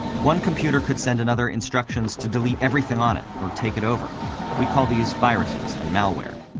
one computer could send another instructions to delete everything on it or take it over we call these viruses and malware.